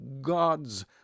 gods